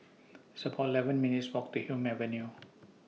It's about eleven minutes' Walk to Hume Avenue